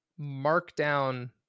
markdown